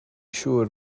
siŵr